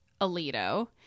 Alito